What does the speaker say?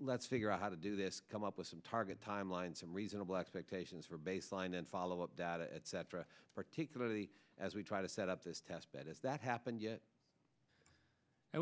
let's figure out how to do this come up with some target timelines some reasonable expectations for baseline then follow up data etc particularly as we try to set up this test bed if that happened yet i